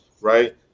Right